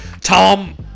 Tom